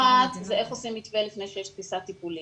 אחת זה איך עושים מתווה לפני שיש תפיסה טיפולית,